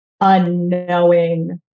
unknowing